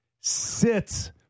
sits